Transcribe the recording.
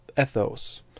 ethos